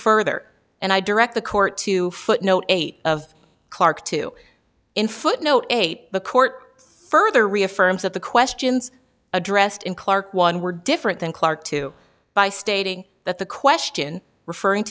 further and i direct the court to footnote eight of clark two in footnote eight the court further reaffirms that the questions addressed in clark one were different than clarke to by stating that the question referring